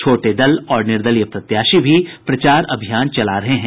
छोटे दल और निर्दलीय प्रत्याशी भी प्रचार अभियान चला रहे हैं